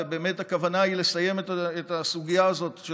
ובאמת הכוונה היא לסיים את הסוגיה הזאת של